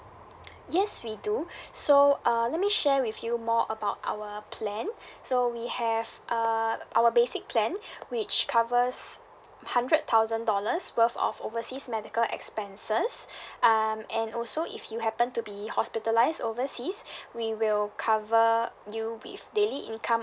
yes we do so uh let me share with you more about our plan so we have uh our basic plan which covers hundred thousand dollars worth of overseas medical expenses um and also if you happen to be hospitalised overseas we will cover you with daily income